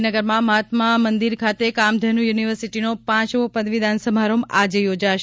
ગાંધીનગરમાં મહાત્મા મંદિર ખાતે કામધેનુ યુનિવર્સિટીનો પાંચમો પદવીદાન સમારંભ આજે યોજાશે